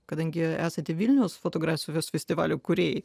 kadangi esate vilniaus fotografijos festivalio kūrėjai